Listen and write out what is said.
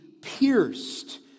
pierced